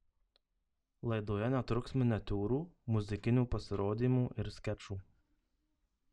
laidoje netruks miniatiūrų muzikinių pasirodymų ir skečų